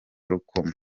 rukomo